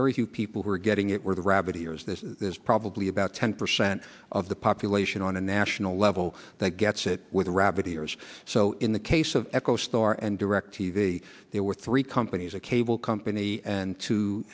very few people who are getting it were the rabbit ears this is probably about ten percent of the population on a national level that gets hit with rabbit ears so in the case of echo star and direct t v there were three companies a cable company and t